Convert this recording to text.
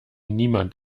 niemand